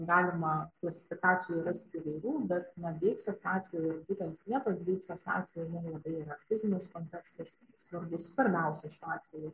galima klasifikacijų rasti įvairių bet na deiksės atveju ir būtent vietos deiksės atveju mum labai yra fizinis kontekstas svarbus svarbiausias šiuo atveju